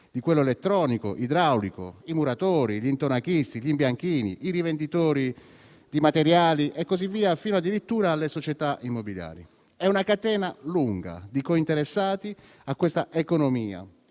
edile, elettronico e idraulico; penso ai muratori, agli intonachisti, agli imbianchini, ai rivenditori di materiali e così via, fino addirittura alle società immobiliari. È una catena lunga di cointeressati a questa economia